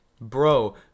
Bro